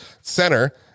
center